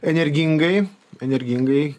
energingai energingai